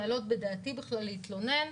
להעלות בדעתי בכלל להתלונן,